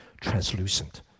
Translucent